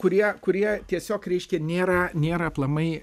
kurie kurie tiesiog reiškia nėra nėra aplamai